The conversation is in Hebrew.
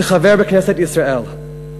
כחבר בכנסת ישראל.